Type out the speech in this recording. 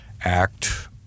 act